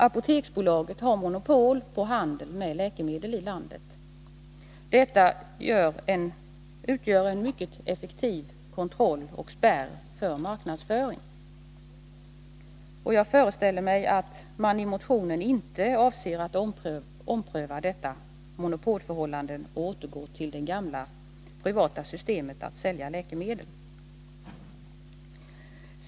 Apoteksbolaget har monopol på handeln med läkemedel i landet. Detta utgör en mycket effektiv kontroll och spärr i fråga om marknadsföringen. Jag föreställer mig att motionärerna inte vill ompröva detta monopolförhållande och återgå till det gamla privata systemet att sälja läkemedel.